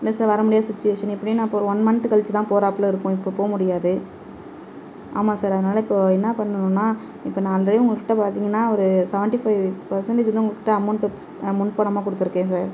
இல்லை சார் வரமுடியாத சுச்சுவேஷன் எப்படியும் நான் இப்போ ஒரு ஒன் மன்த் கழிச்சுதான் போகிறாப்ல இருக்கும் இப்போ போக முடியாது ஆமாம் சார் அதனால் இப்போது என்ன பண்ணணுன்னால் இப்போ நான் ஆல்ரெடி உங்கள் கிட்டே பார்த்திங்கன்னா ஒரு சவன்ட்டி ஃபை பர்சன்டேஜ் வந்து உங்கள் கிட்டே அமௌன்ட் முன் பணமாக கொடுத்துருக்கேன் சார்